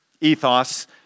ethos